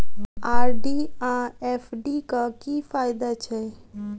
RD आ FD क की फायदा छै?